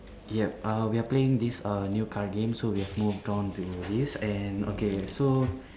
yup err we are playing this err new card game so we have moved on to this and okay so